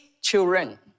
children